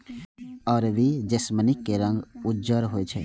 अरबी जैस्मीनक रंग उज्जर होइ छै